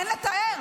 אין לתאר.